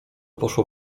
poszło